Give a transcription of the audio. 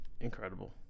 incredible